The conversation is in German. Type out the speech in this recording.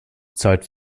zeit